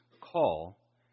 call